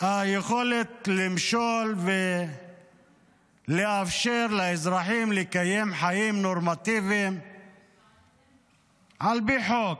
כיכולת למשול ולאפשר לאזרחים לקיים חיים נורמטיביים על פי חוק.